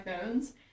phones